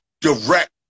direct